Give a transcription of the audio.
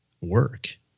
work